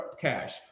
cash